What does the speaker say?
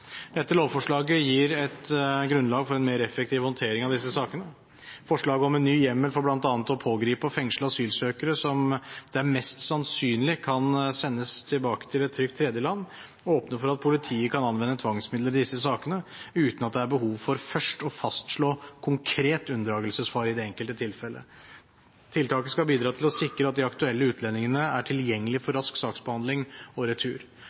Dette lovforslaget gir et grunnlag for en mer effektiv håndtering av disse sakene. Forslag om en ny hjemmel for bl.a. å pågripe og fengsle asylsøkere som mest sannsynlig kan sendes tilbake til et trygt tredjeland, åpner for at politiet kan anvende tvangsmidler i disse sakene, uten at det er behov for først å fastslå konkret unndragelsesfare i det enkelte tilfelle. Tiltaket skal bidra til å sikre at de aktuelle utlendingene er tilgjengelig for rask saksbehandling og retur,